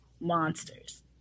monsters